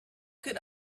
could